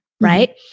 right